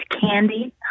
Candy